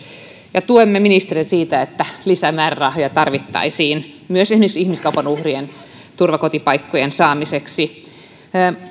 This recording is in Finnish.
ja tuemme ministeriä siinä että lisämäärärahoja tarvittaisiin myös esimerkiksi ihmiskaupan uhrien turvakotipaikkojen saamiseksi